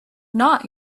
not